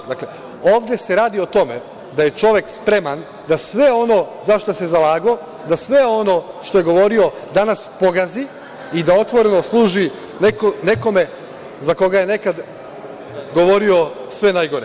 Ovde se radi o tome da je čovek spreman da sve ono za šta se zalagao, da sve ono što je govorio danas pogazi i da otvoreno služi nekome za koga je nekada govorio sve najgore.